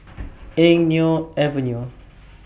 Eng Neo Avenue